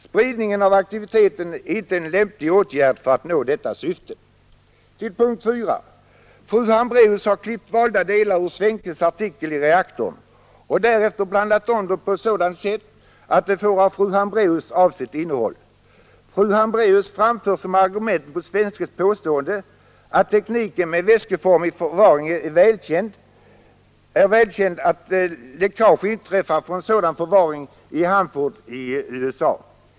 Spridning av radioaktivitet är inte en lämplig åtgärd för att nå detta syfte. 4. Fru Hambraeus har klippt valda delar ur Svenkes artikel i Reaktorn och därefter blandat om dem på sådant sätt att de får av fru Hambraeus avsett innehåll. Fru Hambraeus framför som argument mot Svenkes påstående, att tekniken med vätskeformig förvaring är välkänd, att läckage inträffat från sådan förvaring i Hanford i USA.